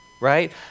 right